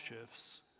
shifts